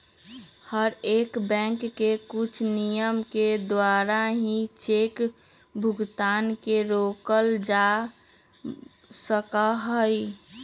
हर एक बैंक के कुछ नियम के द्वारा ही चेक भुगतान के रोकल जा सका हई